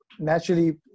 Naturally